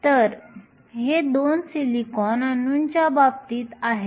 तर हे 2 सिलिकॉन अणूंच्या बाबतीत आहे